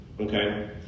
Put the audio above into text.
Okay